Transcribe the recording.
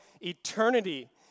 eternity